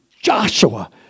Joshua